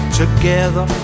together